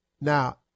Now